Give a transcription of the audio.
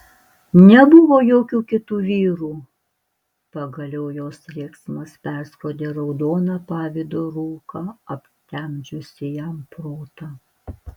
nebuvo jokių kitų vyrų pagaliau jos riksmas perskrodė raudoną pavydo rūką aptemdžiusį jam protą